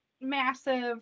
massive